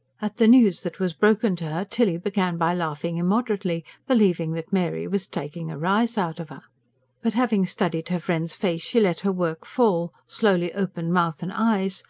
at the news that was broken to her tilly began by laughing immoderately, believing that mary was taking a rise out of her. but having studied her friend's face she let her work fall, slowly opened mouth and eyes,